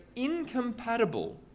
Incompatible